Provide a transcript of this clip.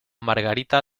margarita